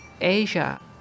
Asia